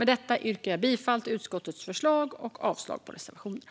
Med detta yrkar jag bifall till utskottets förslag och avslag på reservationerna.